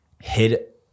hit